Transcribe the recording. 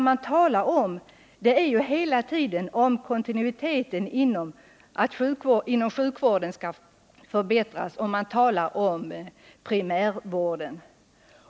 Man talar hela tiden om att kontinuiteten inom sjukvården måste förbättras, och man talar om primärvården.